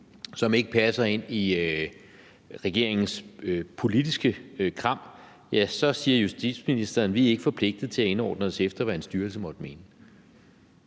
som ikke passer ind i regeringens politiske kram, så siger justitsministeren: Vi er ikke forpligtet til at indordne os efter, hvad en styrelse måtte mene.